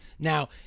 Now